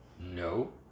No